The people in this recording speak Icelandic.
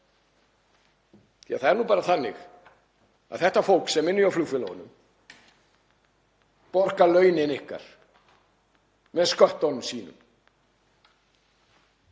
standa. Það er nú bara þannig að þetta fólk sem vinnur hjá flugfélögunum borgar launin ykkar með sköttunum sínum.